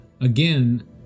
Again